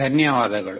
ಧನ್ಯವಾದಗಳು